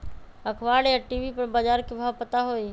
अखबार या टी.वी पर बजार के भाव पता होई?